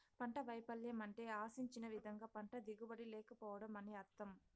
పంట వైపల్యం అంటే ఆశించిన విధంగా పంట దిగుబడి లేకపోవడం అని అర్థం